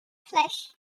flesh